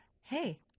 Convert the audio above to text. Hey